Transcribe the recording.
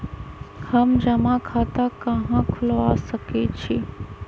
हम जमा खाता कहां खुलवा सकई छी?